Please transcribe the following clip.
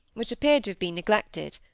which appeared to have been neglected.